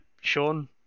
Sean